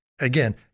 Again